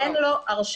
אין לו הרשעה.